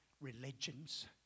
religions